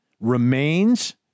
remains